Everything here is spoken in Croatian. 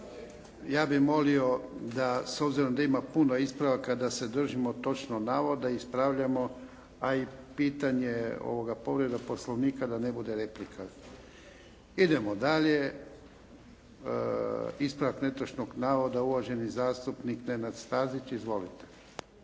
Ja bi molio da s obzirom da ima puno ispravaka da se držimo točno navoda i ispravljamo a i pitanje povrede poslovnika da ne bude replika. Idemo dalje. Ispravak netočnog navoda uvaženi zastupnik Nenad Stazić. Izvolite.